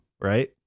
Right